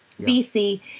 BC